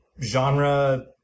genre